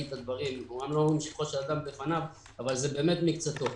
לא אומרים שבחו של אדם בפניו אבל זה באמת מקצתו.